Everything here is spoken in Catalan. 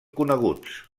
coneguts